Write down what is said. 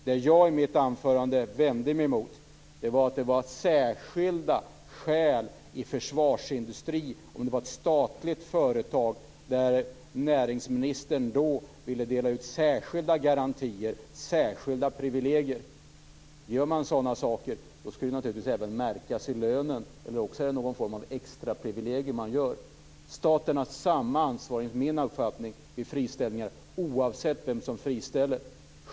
Vad jag i mitt anförande vände mig emot var att det var särskilda skäl i försvarsindustrin om det var ett statligt företag där näringsministern då ville dela ut särskilda garantier, särskilda privilegier. Gör man sådana saker skall det naturligtvis även märkas i lönen, annars är det någon form av extraprivilegier som man ger. Staten har enligt min uppfattning samma ansvar vid friställningar, oavsett vem som friställer.